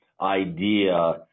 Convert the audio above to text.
idea